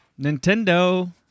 Nintendo